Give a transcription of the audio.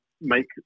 make